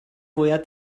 fwyaf